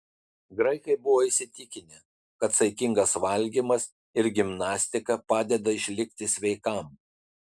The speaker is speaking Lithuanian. graikai buvo įsitikinę kad saikingas valgymas ir gimnastika padeda išlikti sveikam